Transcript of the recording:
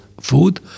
food